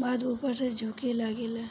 बाद उपर से झुके लागेला?